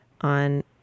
on